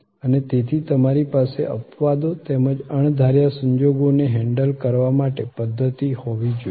અને તેથી તમારી પાસે અપવાદો તેમજ અણધાર્યા સંજોગોને હેન્ડલ કરવા માટે પધ્ધતિ હોવી જોઈએ